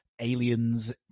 Aliens